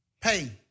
pay